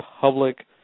public